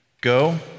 go